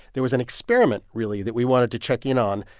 there was an experiment, really, that we wanted to check in on.